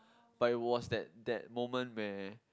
but it was that that moment where